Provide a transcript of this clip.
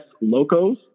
Locos